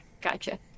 gotcha